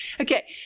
Okay